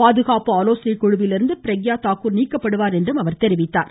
பாதுகாப்பு ஆலோசனைக் குழுவிலிருந்து பிரக்யா தாகூர் நீக்கப்படுவார் என்றும் அவர் கூறினார்